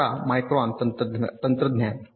18 micron तंत्रज्ञान